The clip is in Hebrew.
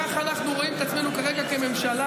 כך אנחנו רואים את עצמנו כרגע כממשלה.